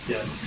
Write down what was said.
Yes